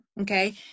Okay